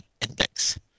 Index